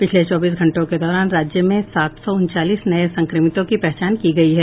पिछले चौबीस घंटों के दौरान राज्य में सात सौ उनचालीस नये संक्रमितों की पहचान की गयी है